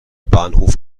bahnhof